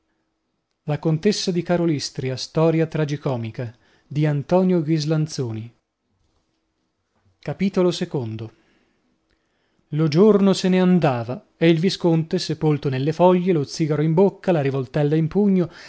la contessa galoppava a briglia sciolta verso la cittadella capitolo i lo giorno se ne andava e il visconte sepolto nelle foglie lo zigaro in bocca la rivoltella in pugno